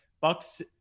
Bucks